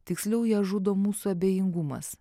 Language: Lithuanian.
tiksliau ją žudo mūsų abejingumas